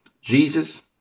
Jesus